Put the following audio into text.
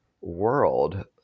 world